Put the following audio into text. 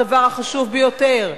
הדבר החשוב ביותר,